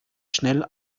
schnell